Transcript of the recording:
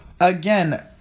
again